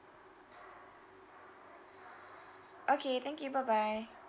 okay thank you bye bye